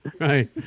Right